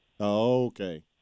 Okay